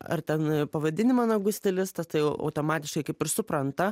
ar ten pavadinimą nagų stilistas tai jau automatiškai kaip ir supranta